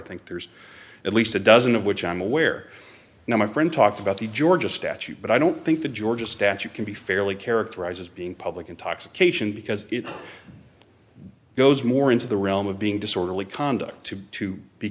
think there's at least a dozen of which i'm aware now my friend talked about the georgia statute but i don't think the georgia statute can be fairly characterized as being public intoxication because it goes more into the realm of being disorderly conduct to to be